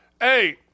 Hey